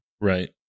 right